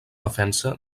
defensa